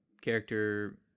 character